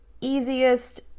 easiest